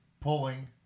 pulling